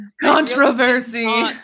Controversy